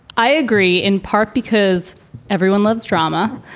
i agree in part because everyone loves drama.